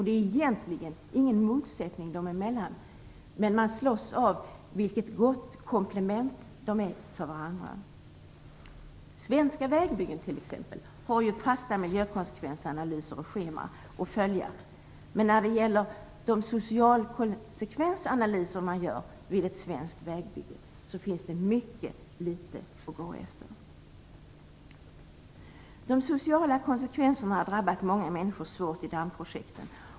Det är egentligen ingen motsättning dem emellan, men man slås av hur väl de kompletterar varandra. Svenska vägbyggen har ju fasta konsekvensanalyser och scheman att följa, men när det gäller analyser av de sociala konsekvenserna vid ett svenskt vägbygge finns det mycket litet att gå efter. De sociala konsekvenserna har drabbat många människor svårt i dammprojekten.